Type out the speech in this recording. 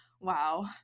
Wow